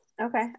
okay